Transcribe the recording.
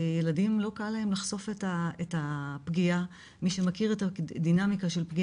ילדים לא קל להם לחשוף את הפגיעה ומי שמכיר את הדינאמיקה של פגיע